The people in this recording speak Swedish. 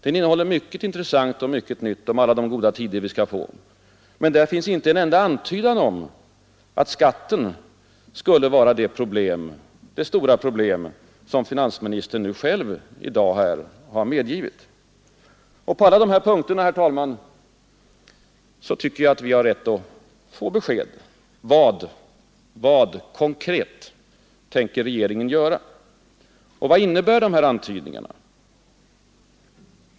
Den innehåller mycket intressant och mycket nytt om ”de goda tider” vi skall få, men där finns inte en enda antydan om att skatten skulle vara det stora problem som finansministern i dag här har medgivit. På alla dessa punkter, herr talman, tycker jag att vi har rätt att få besked. Vad — konkret — tänker regeringen göra? Vad innebär antydningarna?